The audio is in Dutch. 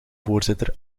voorzitter